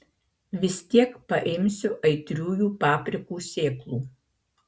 vis tiek paimsiu aitriųjų paprikų sėklų